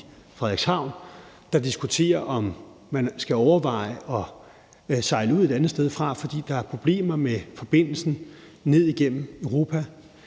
i Frederikshavn, der diskuterer, om man skal overveje at sejle ud et andet sted fra, fordi der er problemer med forbindelsen ned igennem Europa;